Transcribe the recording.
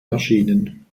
erschienen